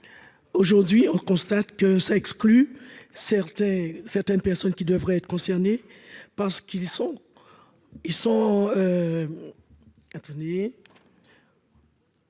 aujourd'hui, on constate que ça exclut certains certaines personnes qui devraient être concernés parce qu'ils sont,